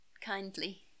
kindly